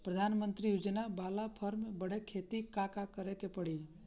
प्रधानमंत्री योजना बाला फर्म बड़े खाति का का करे के पड़ी?